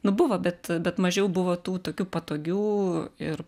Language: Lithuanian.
nu buvo bet bet mažiau buvo tų tokių patogių ir